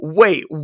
wait